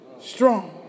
strong